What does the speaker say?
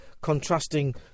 contrasting